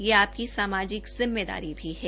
यह आपकी समाजिक जिम्मेदारी भी है